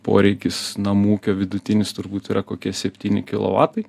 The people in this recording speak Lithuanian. poreikis namų ūkio vidutinis turbūt yra kokie septyni kilovatai